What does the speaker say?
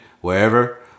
wherever